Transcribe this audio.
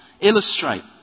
illustrate